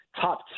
top